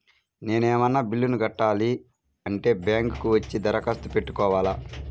నేను ఏమన్నా బిల్లును కట్టాలి అంటే బ్యాంకు కు వచ్చి దరఖాస్తు పెట్టుకోవాలా?